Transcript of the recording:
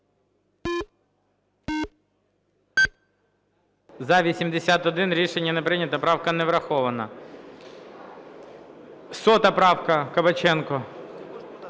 За-81 Рішення не прийнято. Правка не врахована. 100 правка, Кабаченко.